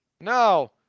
No